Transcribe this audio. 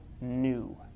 new